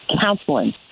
counseling